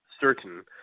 certain